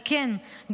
על כן,